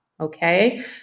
Okay